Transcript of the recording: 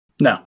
No